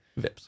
Vips